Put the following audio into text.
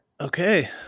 Okay